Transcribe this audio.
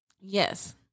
yes